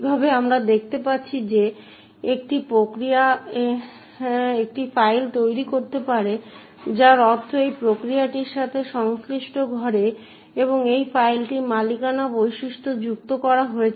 এভাবে আমরা দেখতে পাচ্ছি যে একটি প্রক্রিয়া একটি ফাইল তৈরি করতে পারে যার অর্থ এই প্রক্রিয়াটির সাথে সংশ্লিষ্ট ঘরে এবং এই ফাইলটিতে মালিকানা বৈশিষ্ট্য যুক্ত করা হয়েছে